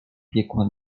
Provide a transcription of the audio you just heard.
piekła